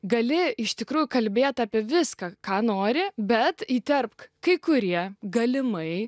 gali iš tikrųjų kalbėti apie viską ką nori bet įterpk kai kurie galimai